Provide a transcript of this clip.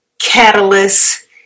catalyst